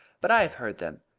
but i have heard them.